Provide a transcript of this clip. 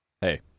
Hey